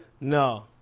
No